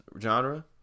genre